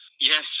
Yes